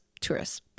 tourists